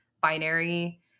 binary